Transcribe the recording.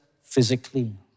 physically